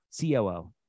COO